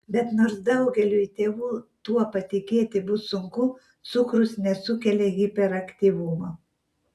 bet nors daugeliui tėvų tuo patikėti bus sunku cukrus nesukelia hiperaktyvumo